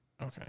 Okay